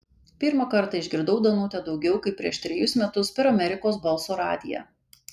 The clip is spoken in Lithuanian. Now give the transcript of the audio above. pirmą kartą išgirdau danutę daugiau kaip prieš trejus metus per amerikos balso radiją